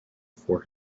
for